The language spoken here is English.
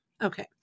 Okay